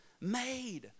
made